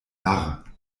narr